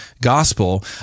gospel